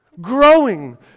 Growing